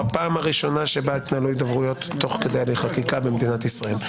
זו הפעם הראשונה שבה היו הידברויות תוך כדי הליך חקיקה במדינת ישראל.